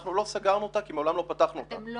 אנחנו לא סגרנו אותה כי מעולם לא פתחנו אותה.